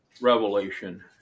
Revelation